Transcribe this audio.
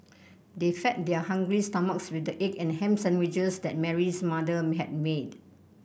they fed their hungry stomachs with the egg and ham sandwiches that Mary's mother had made